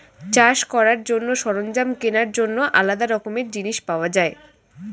চাষ করার জন্য সরঞ্জাম কেনার জন্য আলাদা রকমের জিনিস পাওয়া যায়